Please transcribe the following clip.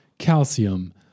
Calcium